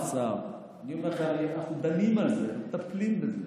אני אומר לך, אנחנו דנים בזה, מטפלים בזה.